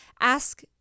ask